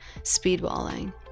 speedballing